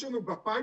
יש לנו ב-pipeline,